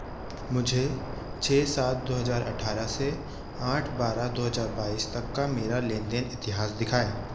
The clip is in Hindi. मुझे छः सात दो हज़ार अठारह से आठ बारह दो हज़ार बाईस तक का मेरा लेन देन इतिहास दिखाएँ